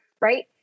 right